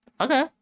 okay